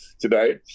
today